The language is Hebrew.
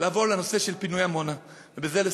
לעבור לנושא של פינוי עמונה, ובזה לסיים.